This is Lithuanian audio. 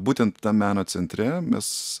būtent tam meno centre mes